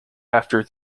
after